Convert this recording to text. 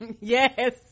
Yes